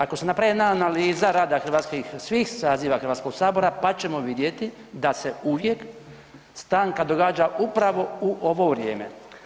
Ako se napravi jedna analiza rada hrvatskih, svih saziva Hrvatskog sabora, pa ćemo vidjeti da se uvijek stanka događa upravo u ovo vrijeme.